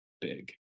big